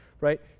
right